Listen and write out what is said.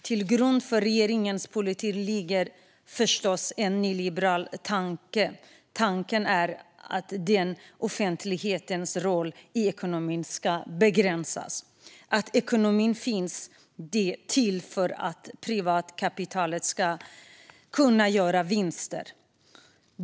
Till grund för regeringens politik ligger förstås den nyliberala tanken att det offentligas roll i ekonomin ska begränsas, att ekonomin finns till för att privatkapitalet ska kunna göra vinster.